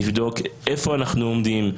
לבדוק איפה אנחנו עומדים,